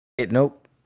Nope